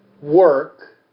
work